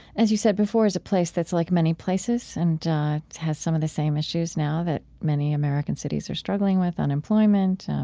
as you said before, is a place that's like many places and has some of the same issues now that many american cities are struggling with, unemployment,